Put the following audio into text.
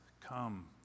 come